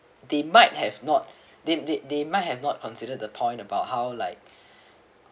they might have not they they they might have not considered the point about how like